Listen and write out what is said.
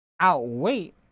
outweigh